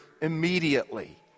immediately